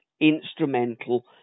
instrumental